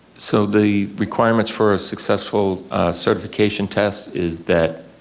so the requirements for a successful certification test is that,